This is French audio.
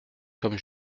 comme